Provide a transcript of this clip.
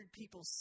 people